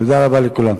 תודה רבה לכולם.